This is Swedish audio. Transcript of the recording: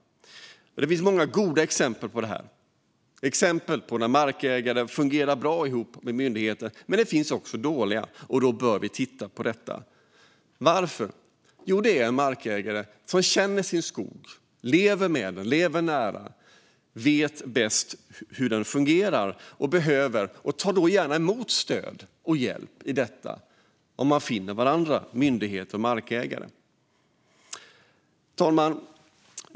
Det finns många goda exempel på när markägare och myndighet fungerar bra ihop. Men det finns också dåliga exempel, och därför bör vi titta på det. Varför? Jo, markägarna känner sin skog, lever med den och vet bäst hur den fungerar, och de tar gärna emot stöd och hjälp om markägare och myndighet finner varandra. Fru talman!